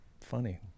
funny